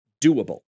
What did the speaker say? doable